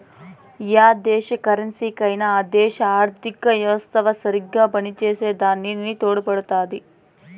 yeah దేశ కరెన్సీకైనా ఆ దేశ ఆర్థిత యెవస్త సరిగ్గా పనిచేసే దాని తోడుపడుతాది